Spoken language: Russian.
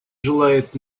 желает